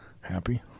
happy